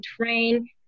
train